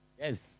Yes